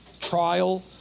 trial